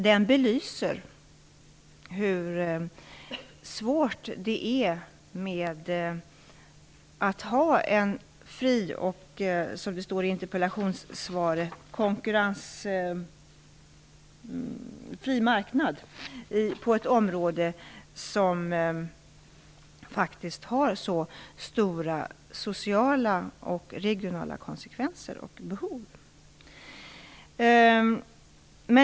Den belyser hur svårt det är att ha en fri marknad med konkurrens, som det står i interpellationssvaret, på ett område som har så stora sociala och regionala konsekvenser och behov.